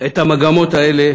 את המגמות האלה